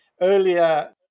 earlier